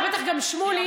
ובטח גם שמולי,